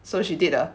so she did ah